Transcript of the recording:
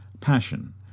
passion